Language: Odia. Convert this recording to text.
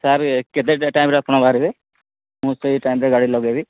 ସାର୍ କେତେ ଟାଇମ୍ରେ ଆପଣ ବାହାରିବେ ମୁଁ ତ ଏଇ ଟାଇମ୍ରେ ଗାଡ଼ି ଲଗେଇବି